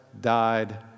died